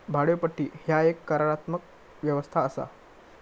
भाड्योपट्टी ह्या एक करारात्मक व्यवस्था असा